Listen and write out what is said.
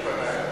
מאריאל שפנה,